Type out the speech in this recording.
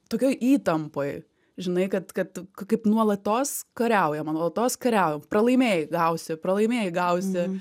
tokioj įtampoj žinai kad kad kaip nuolatos kariaujama nuolatos kariauja pralaimėjai gausi pralaimėjai gausi